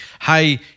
hey